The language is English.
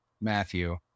Matthew